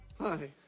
Hi